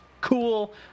cool